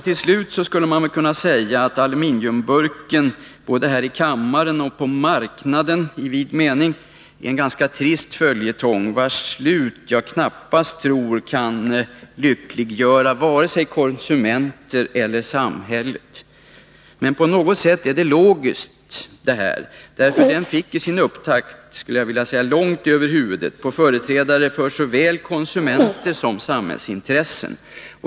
Till slut skulle jag vilja säga att aluminiumburken både här i kammaren och på marknaden i vid mening blivit en ganska trist följetong, vars slut jag knappast tror kan lyckliggöra vare sig konsumenterna eller samhället. Men på något sätt är detta logiskt. Denna fråga fick sin upptakt långt över huvudet på företrädare för såväl konsumenter som samhällsintresset.